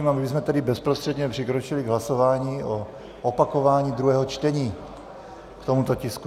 A my bychom tedy bezprostředně přikročili k hlasování o opakování druhého čtení k tomuto tisku.